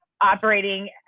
operating